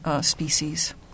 species